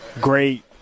great